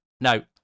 No